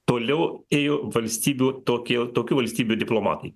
toliau ėjo valstybių toki tokių valstybių diplomatai